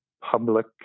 public